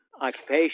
Occupation